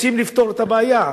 רוצים לפתור את הבעיה.